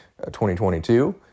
2022